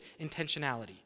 Intentionality